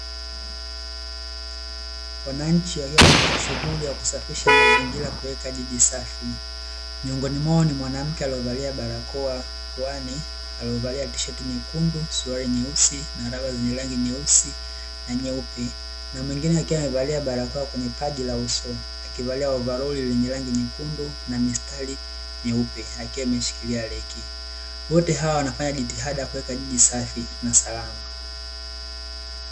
Wananchi wakiwa katika shughuli ya kusafisha mazingira kuweka jiji sasa. Miongoni mwao ni mwanamke aliyevalia barakoa puani, aliyevalia tisheti nyekundu, suruali nyeusi na raba zenye rangi nyeusi na nyeupe; na mwingine akiwa amevalia barakoa kwenye paji la uso, akivalia ovalori lenye rangi nyekundu na mistari meupe, akiwa ameshikilia reki. Wote hawa wanafanya jitihada za kuweka jiji safi na salama.